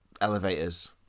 elevators